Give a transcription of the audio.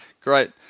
Great